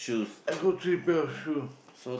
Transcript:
I got three pair of shoe